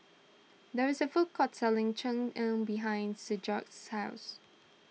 there is a food court selling Cheng Tng behind Sigurd's house